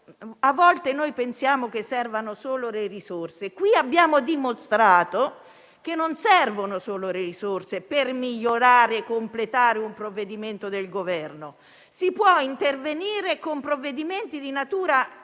A volte pensiamo che servano solo le risorse, ma abbiamo dimostrato che non servono solo quelle per migliorare e completare un provvedimento del Governo. Si può infatti intervenire con provvedimenti di natura